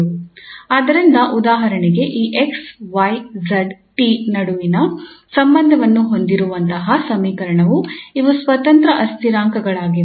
ಆದ್ದರಿಂದ ಉದಾಹರಣೆಗೆ ಈ 𝑥 𝑦 𝑧 𝑡 ನಡುವಿನ ಸಂಬಂಧವನ್ನು ಹೊಂದಿರುವಂತಹ ಸಮೀಕರಣವು ಇವು ಸ್ವತಂತ್ರ ಅಸ್ಥಿರಾಂಕಗಳಾಗಿವೆ